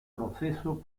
proceso